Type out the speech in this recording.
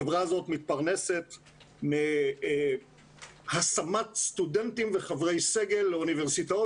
החברה הזאת מתפרנסת מהשמת סטודנטים וחברי סגל לאוניברסיטאות,